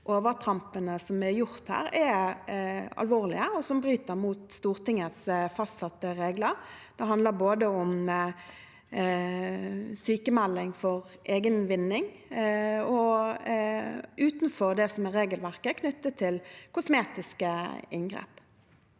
de overtrampene som her er gjort, er alvorlige og bryter med Stortingets fastsatte regler. Det handler både om sykmelding for egen vinning og utenfor det som er regelverket, knyttet til kosmetiske inngrep.